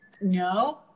No